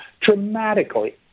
dramatically